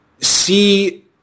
see